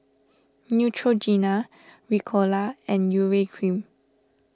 Neutrogena Ricola and Urea Cream